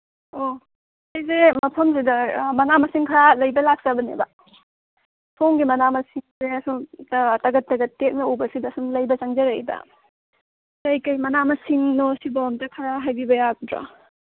ꯑꯣ ꯑꯩꯁꯦ ꯃꯐꯝꯁꯤꯗ ꯃꯅꯥ ꯃꯁꯤꯡ ꯈꯔ ꯂꯩꯕ ꯂꯥꯛꯆꯕꯅꯦꯕ ꯁꯣꯝꯒꯤ ꯃꯅꯥ ꯃꯁꯤꯡꯁꯦ ꯁꯨꯝ ꯇꯒꯠ ꯇꯒꯠ ꯇꯦꯛꯅ ꯎꯕꯁꯤꯗ ꯁꯨꯝ ꯂꯩꯕ ꯆꯪꯖꯔꯛꯏꯕ ꯀꯔꯤ ꯀꯔꯤ ꯃꯅꯥ ꯃꯁꯤꯡꯅꯣ ꯁꯤꯕꯣ ꯑꯝꯇ ꯈꯔ ꯍꯥꯏꯕꯤꯕ ꯌꯥꯒꯗ꯭ꯔꯥ